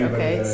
Okay